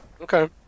Okay